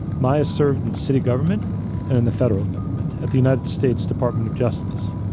maya served in city government and in the federal government at the united states department of justice.